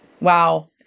Wow